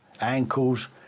ankles